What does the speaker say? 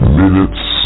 minutes